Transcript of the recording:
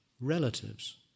Relatives